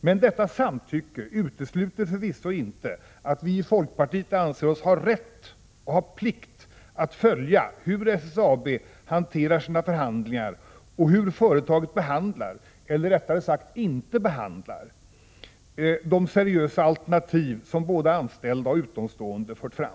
Men samtycket utesluter förvisso inte att vi i folkpartiet anser oss ha rätt och plikt att följa hur SSAB hanterar sina förhandlingar och hur företaget behandlar — eller rättare sagt inte behandlar — de seriösa alternativ som både anställda och utomstående har fört fram.